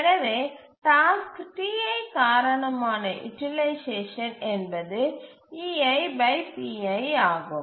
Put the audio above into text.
எனவே task ti காரணமான utilization என்பது ஆகும்